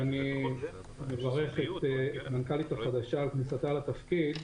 ואני מברך את המנכ"לית החדשה על כניסתה לתפקיד,